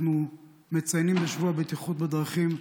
אנחנו מציינים בשבוע הבטיחות בדרכים,